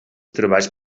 treballs